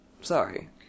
Sorry